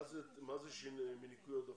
מה זה בניכוי עודפים?